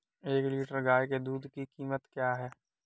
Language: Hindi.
एक लीटर गाय के दूध की कीमत क्या है?